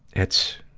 it's.